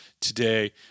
today